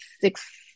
six